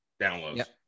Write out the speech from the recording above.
downloads